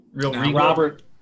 Robert